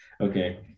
okay